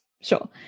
sure